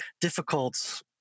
difficult